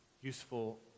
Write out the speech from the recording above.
useful